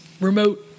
remote